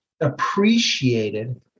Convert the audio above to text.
appreciated